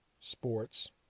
sports